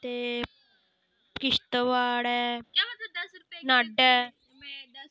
ते किश्तवाड़ ऐ नड ऐ